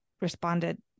responded